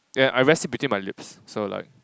yeah I rest it between my lips so like